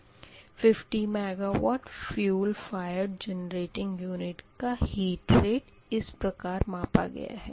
50 megawatt fuel fired generating unit का heat rate इस प्रकार मापा गया है